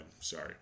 Sorry